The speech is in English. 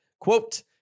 Quote